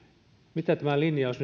mitä tämä linjaus